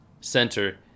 center